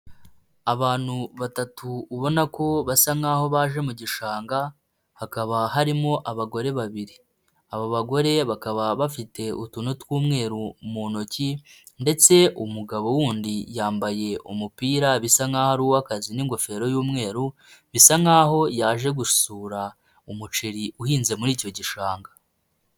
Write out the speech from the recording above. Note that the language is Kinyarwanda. Abantu batatu ubona ko basa nkaho baje mu gishanga, hakaba harimo abagore babiri, abo bagore bakaba bafite utuntu tw'umweru mu ntoki ndetse umugabo wundi yambaye umupira bisa nkaho ari uwakazi n'ingofero y'umweru bisa nkaho yaje gusura umuceri uhinze muri icyo gishanga.